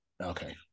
Okay